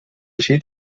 així